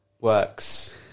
works